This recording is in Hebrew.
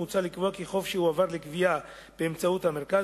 מוצע לקבוע כי חוב שהועבר לגבייה באמצעות המרכז